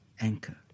anchor